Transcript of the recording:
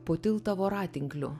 po tiltą voratinklių